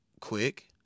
quick